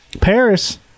Paris